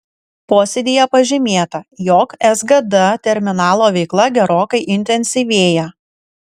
posėdyje pažymėta jog sgd terminalo veikla gerokai intensyvėja